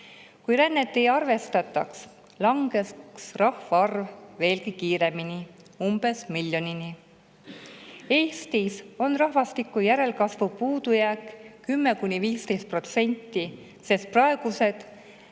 Kui rännet ei arvestataks, langeks rahvaarv veelgi kiiremini, umbes miljonini. Eestis on rahvastiku järelkasvu puudujääk 10–15%, sest laste